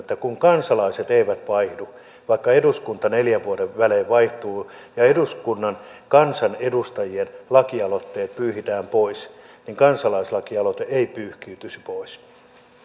kun kansalaiset eivät vaihdu vaikka eduskunta neljän vuoden välein vaihtuu ja eduskunnan kansanedustajien lakialoitteet pyyhitään pois niin kansalaislakialoite ei pyyhkiytyisi pois